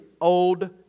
Old